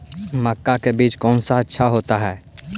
मक्का का बीज कौन सा अच्छा होता है?